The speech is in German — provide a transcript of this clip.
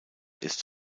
ist